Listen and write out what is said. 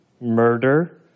murder